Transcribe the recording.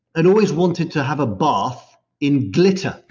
and always wanted to have a bath in glitter.